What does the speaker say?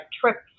trips